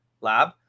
lab